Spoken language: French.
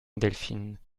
delphine